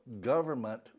government